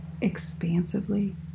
expansively